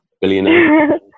Billionaire